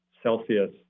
Celsius